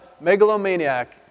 megalomaniac